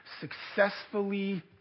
successfully